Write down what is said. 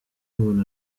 mbona